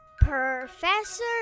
Professor